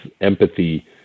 empathy